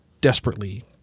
desperately